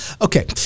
Okay